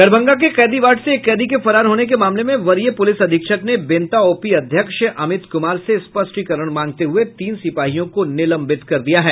दरभंगा के कैदी वार्ड से एक कैदी के फरार होने के मामले में वरीय पुलिस अधीक्षक ने बेंता ओपी अध्यक्ष अमित कुमार से स्पष्टीकरण मांगते हुए तीन सिपाहियों को निलंबित कर दिया है